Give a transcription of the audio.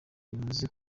bivuze